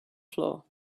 floor